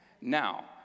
Now